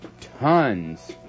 tons